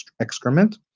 excrement